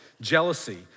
jealousy